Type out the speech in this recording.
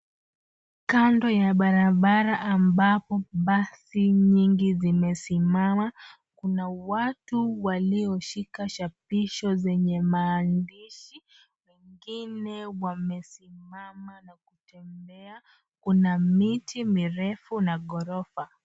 Kando ya barabara ambapo basi nyingi zimesimama. kuna watu walishika chapisho zenye maandishi. Wengine wamesimama na kutembea. Kuna kiti mirefu na ghorofa.